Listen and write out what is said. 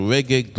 Reggae